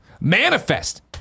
manifest